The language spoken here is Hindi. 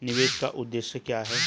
निवेश का उद्देश्य क्या है?